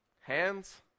hands